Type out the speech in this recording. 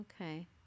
Okay